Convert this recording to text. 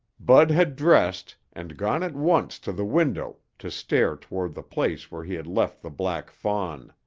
bud had dressed and gone at once to the window to stare toward the place where he had left the black fawn.